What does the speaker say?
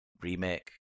remake